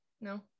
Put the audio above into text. No